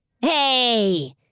Hey